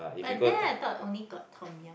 but there I thought only got Tom-Yum